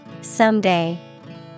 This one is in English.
Someday